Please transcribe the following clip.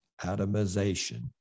atomization